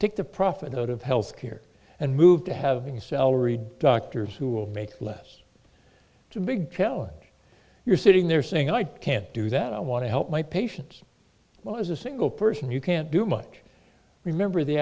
the profit out of health care and move to having salaried doctors who will make less to big challenge you're sitting there saying i can't do that i want to help my patients well as a single person you can't do much remember the